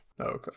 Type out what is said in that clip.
Okay